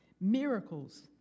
Miracles